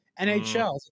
NHL